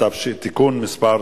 (תיקון מס'